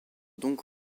donc